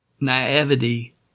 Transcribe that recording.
naivety